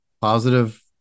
positive